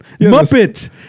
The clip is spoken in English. Muppet